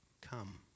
come